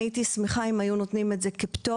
הייתי שמחה אם היו נותנים את זה כפטור,